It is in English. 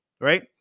Right